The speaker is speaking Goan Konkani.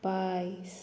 पायस